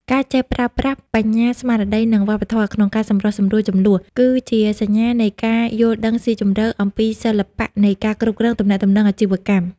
ការចេះប្រើប្រាស់ "បញ្ញាស្មារតី និងវប្បធម៌" ក្នុងការសម្រុះសម្រួលជម្លោះ គឺជាសញ្ញានៃការយល់ដឹងស៊ីជម្រៅអំពីសិល្បៈនៃការគ្រប់គ្រងទំនាក់ទំនងអាជីវកម្ម។